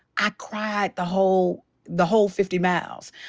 i cried the whole the whole fifty miles.